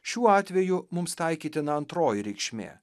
šiuo atveju mums taikytina antroji reikšmė